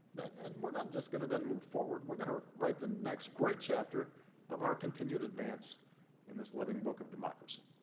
and we're not just going to then move forward, we're going to write the next great chapter of our continued advance in this living book of democracy.